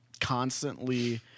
constantly